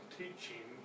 teaching